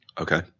Okay